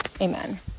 Amen